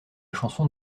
chanson